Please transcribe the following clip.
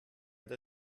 der